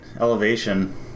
elevation